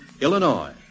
Illinois